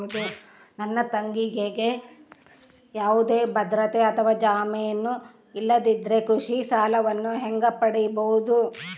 ನನ್ನ ತಂಗಿಗೆ ಯಾವುದೇ ಭದ್ರತೆ ಅಥವಾ ಜಾಮೇನು ಇಲ್ಲದಿದ್ದರೆ ಕೃಷಿ ಸಾಲವನ್ನು ಹೆಂಗ ಪಡಿಬಹುದು?